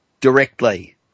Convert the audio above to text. directly